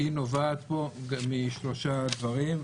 היא נובעת משלושה דברים.